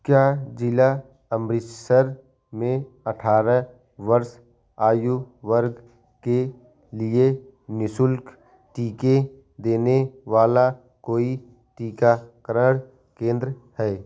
क्या ज़िला अमृतसर में अठारह वर्ष आयु वर्ग के लिए निःशुल्क टीके देने वाला कोई टीकाकरण केंद्र है